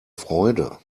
freude